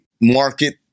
market